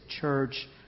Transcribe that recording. church